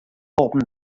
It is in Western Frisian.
holpen